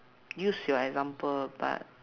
use your example but